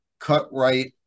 CutRight